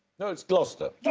no, it's gloucester. yeah